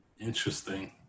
Interesting